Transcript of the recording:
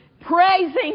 praising